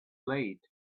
late